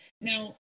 Now